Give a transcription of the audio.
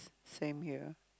same here